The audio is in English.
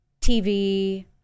TV